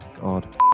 god